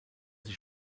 sich